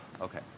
okay